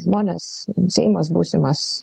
žmonės seimas būsimas